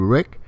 Rick